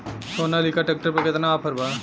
Sonalika tractor पर केतना offer बा?